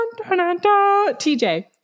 TJ